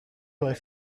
paraît